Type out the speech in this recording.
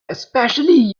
especially